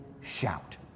shout